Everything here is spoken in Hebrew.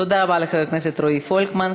תודה רבה לחבר הכנסת רועי פולקמן.